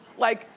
like,